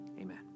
Amen